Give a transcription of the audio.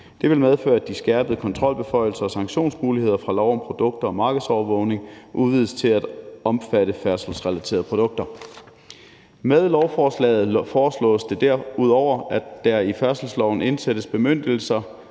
Det vil medføre, at de skærpede kontrolbeføjelser og sanktionsmuligheder fra lov om produkter og markedsovervågning udvides til at omfatte færdselsrelaterede produkter. Med lovforslaget foreslås derudover, at der i færdselsloven indsættes bemyndigelser